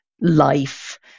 life